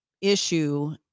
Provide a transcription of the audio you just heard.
issue